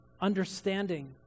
understanding